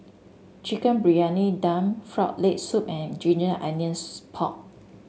Chicken Briyani Dum Frog Leg Soup and Ginger Onions Pork